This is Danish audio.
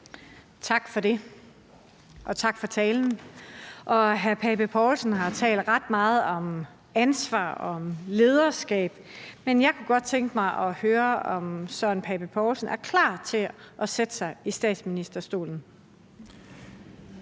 Tak for det. Og tak for talen. Hr. Søren Pape Poulsen har talt ret meget om ansvar og om lederskab, men jeg kunne godt tænke mig at høre, om Søren Pape Poulsen er klar til at sætte sig i statsministerstolen.